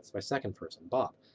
my second person, bob.